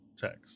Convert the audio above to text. text